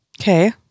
Okay